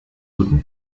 guten